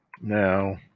now